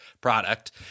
product